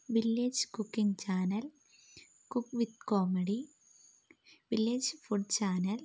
village cooking channel cook with comedy village food channel